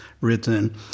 written